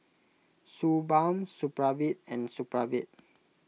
Suu Balm Supravit and Supravit